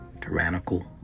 tyrannical